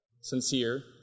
sincere